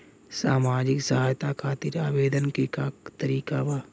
सामाजिक सहायता खातिर आवेदन के का तरीका बा?